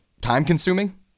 time-consuming